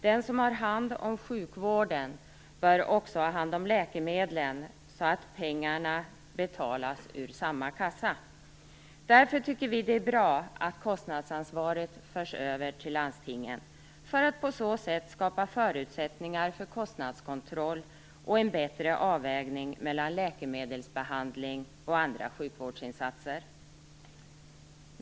Den som har hand om sjukvården bör också ha hand om läkemedlen så att pengarna betalas ur samma kassa. Därför tycker vi att det är bra att kostnadsansvaret förs över till landstingen för att på så sätt skapa förutsättningar för kostnadskontroll och en bättre avvägning mellan läkemedelsbehandling och andra sjukvårdsinsatser.